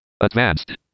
Advanced